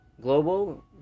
Global